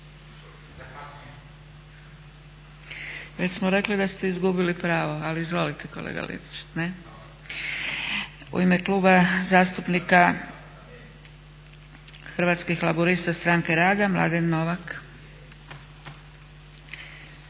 U ime Kluba zastupnika Hrvatskih laburista-Stranke rada, Mladen Novak.